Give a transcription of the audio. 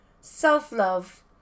self-love